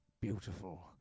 beautiful